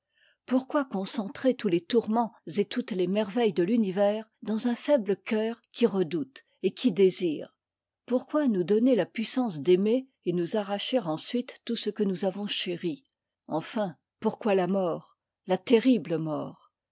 pourquoi concentrer tous les tourments et toutes tes merveilles de l'univers dans un faible cœur qui redoute et qui désire pourquoi nous donner la puissance d'aimer et nous arracher ensuite tout ce que nous avons chéri enfin pourquoi la mort la terrible mort